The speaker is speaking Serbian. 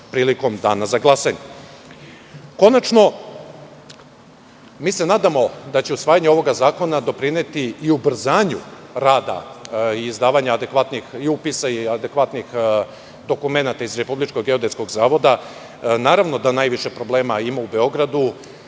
prilikom dana za glasanje. Konačno, mi se nadamo da će usvajanje ovog zakona doprineti i ubrzanju rada izdavanja adekvatnih i upisa i adekvatnih dokumenata iz Republičkog geodetskog zavoda. Naravno najviše problema ima u Beogradu